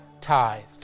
tithed